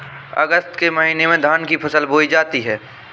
अगस्त के महीने में धान की फसल बोई जाती हैं